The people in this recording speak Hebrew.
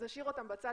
נשאיר אותם בצד